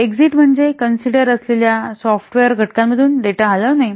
exit म्हणजे consider असलेल्या software घटकांमधून डेटा हलवणे